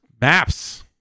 Maps